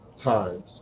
times